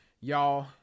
y'all